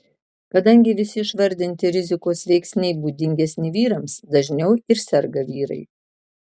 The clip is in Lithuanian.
kadangi visi išvardinti rizikos veiksniai būdingesni vyrams dažniau ir serga vyrai